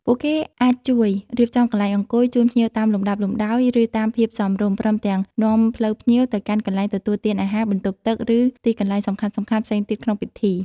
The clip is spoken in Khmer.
ពួកគេអាចជួយ រៀបចំកន្លែងអង្គុយ ជូនភ្ញៀវតាមលំដាប់លំដោយ ឬតាមភាពសមរម្យ ព្រមទាំង នាំផ្លូវភ្ញៀវ ទៅកាន់កន្លែងទទួលទានអាហារ បន្ទប់ទឹក ឬទីកន្លែងសំខាន់ៗផ្សេងទៀតក្នុងពិធី។